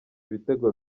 ibitego